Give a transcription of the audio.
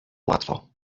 łatwo